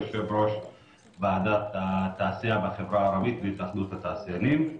יושב-ראש ועדת התעשייה בחברה הערבית בהתאחדות התעשיינים.